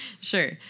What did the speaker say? Sure